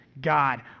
God